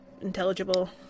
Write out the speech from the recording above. intelligible